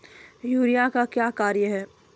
Urea का क्या कार्य हैं?